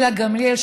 גילה גמליאל,